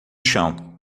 chão